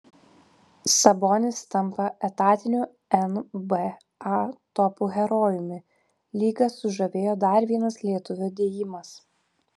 sabonis tampa etatiniu nba topų herojumi lygą sužavėjo dar vienas lietuvio dėjimas